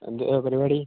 എന്തുവാ പരിപാടി